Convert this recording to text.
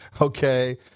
okay